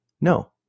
No